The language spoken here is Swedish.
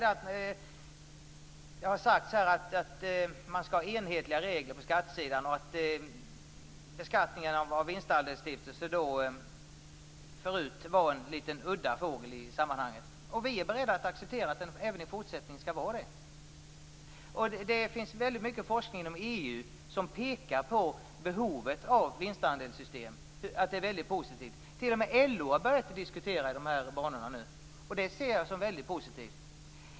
Det har sagts här att man skall ha enhetliga regler på skattesidan och att beskattningen av vinstandelsstiftelser förut var en litet udda fågel i sammanhanget. Vi är beredda att acceptera att den skall vara det även i fortsättningen. Det finns väldigt mycket forskning inom EU som pekar på behovet av vinstandelssystem och att det är mycket positivt. T.o.m. LO har börjat att diskutera i de här banorna. Det ser jag som mycket positivt.